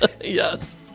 yes